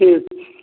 ठीक छै